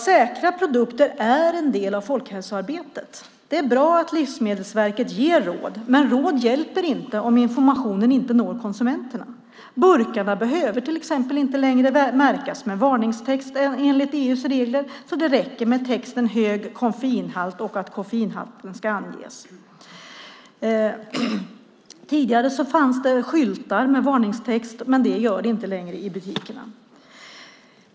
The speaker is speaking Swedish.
Säkra produkter är en del av folkhälsoarbetet. Det är bra att Livsmedelsverket ger råd. Men råd hjälper inte om informationen inte når konsumenterna. Burkarna behöver till exempel inte längre märkas med varningstext enligt EU:s regler. Det räcker med texten "hög koffeinhalt" och att koffeinhalten anges. Tidigare fanns det skyltar med varningstext, men det gör det inte längre i butikerna.